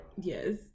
Yes